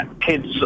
Kids